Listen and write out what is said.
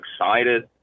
excited